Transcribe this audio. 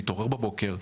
יתעורר בבוקר,